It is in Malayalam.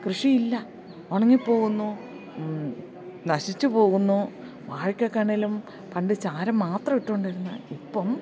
കൃഷിയില്ല ഉണങ്ങി പോകുന്നു നശിച്ചു പോകുന്നു വാഴക്കൊക്കെ ആണേലും പണ്ട് ചാരം മാത്രം ഇട്ടുകൊണ്ടിരുന്നത് ഇപ്പം